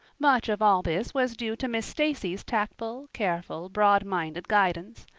much of all this was due to miss stacy's tactful, careful, broadminded guidance.